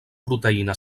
proteïna